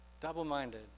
double-minded